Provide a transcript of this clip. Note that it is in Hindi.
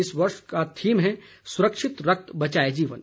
इस वर्ष का थीम है सुरक्षित रक्त बचाए जीवन